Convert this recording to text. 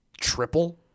Triple